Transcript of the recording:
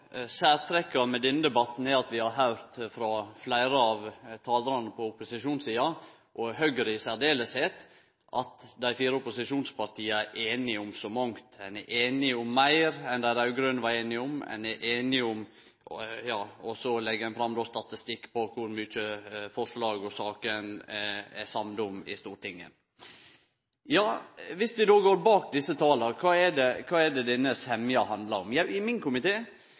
særtrekka ved denne debatten, er at vi har høyrt frå fleire av talarane på opposisjonssida – og særleg frå Høgre – at dei fire opposisjonspartia er einige om så mangt. Ein er einig om meir enn dei raud-grøne var einige om, og så legg ein fram statistikk på kor mange forslag og saker ein er samde om i Stortinget. Viss vi går bak desse tala, kva er det denne semja handlar om? Ja, i min